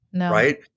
right